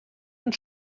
und